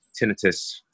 tinnitus